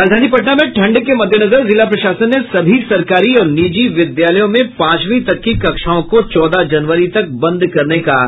राजधानी पटना में ठंड के मद्देनजर जिला प्रशासन ने सभी सरकारी और निजी विद्यालयों में पांचवीं तक की कक्षाओं को चौदह जनवरी तक बंद करने का